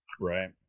Right